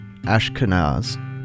ashkenaz